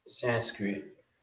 Sanskrit